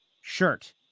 shirt